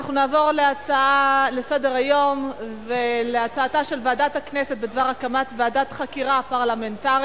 אנחנו נעבור להצעתה של ועדת הכנסת בדבר הקמת ועדת חקירה פרלמנטרית.